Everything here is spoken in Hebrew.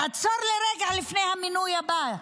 תעצור לרגע לפני המינוי הבא,